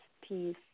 peace